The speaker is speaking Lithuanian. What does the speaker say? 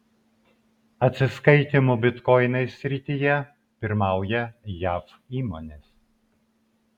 atsiskaitymų bitkoinais srityje pirmauja jav įmonės